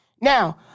Now